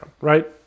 right